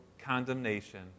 condemnation